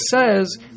says